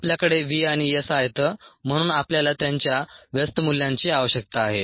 आपल्याकडे v आणि s आहेत म्हणून आपल्याला त्यांच्या व्यस्त मूल्यांची आवश्यकता आहे